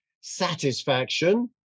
satisfaction